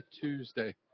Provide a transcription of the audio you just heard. Tuesday